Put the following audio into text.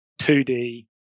2D